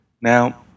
Now